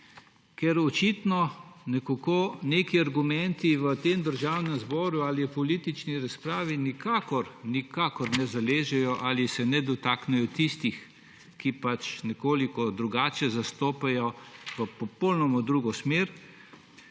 Ker očitno neki argumenti v tem državnem zboru ali v politični razpravi nikakor nikakor ne zaležejo ali se ne dotaknejo tistih, ki nekoliko drugače zastopajo v popolnoma drugo smer,